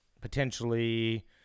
potentially